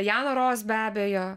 jana ros be abejo